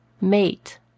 Mate